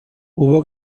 hubo